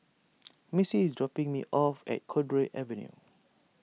Missie is dropping me off at Cowdray Avenue